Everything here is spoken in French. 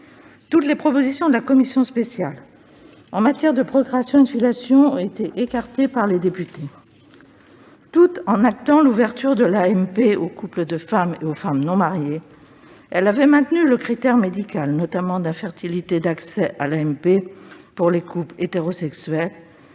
Toutes les propositions de la commission spéciale en matière de procréation et de filiation ont été écartées par les députés. Tout en actant l'ouverture de l'AMP aux couples de femmes et aux femmes non mariées, celle-ci avait maintenu le critère médical, notamment d'infertilité d'accès à l'AMP pour les couples hétérosexuels,